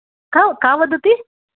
का का वदति